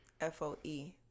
F-O-E